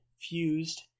Fused